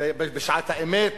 בשעת האמת.